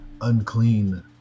unclean